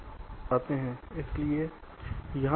तो अब हम एक्सट्रीम फुल कस्टम डिज़ाइन पर आते हैं